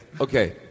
okay